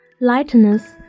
Lightness